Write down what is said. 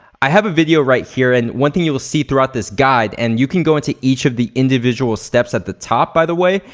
i have a video right here and one thing you'll see throughout this guide and you can go into each of the individual steps at the top by the way,